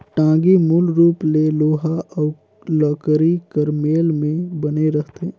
टागी मूल रूप ले लोहा अउ लकरी कर मेल मे बने रहथे